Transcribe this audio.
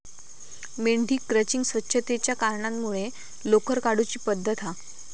मेंढी क्रचिंग स्वच्छतेच्या कारणांमुळे लोकर काढुची पद्धत हा